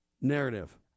narrative